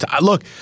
look